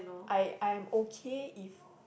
I I'm okay if